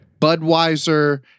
Budweiser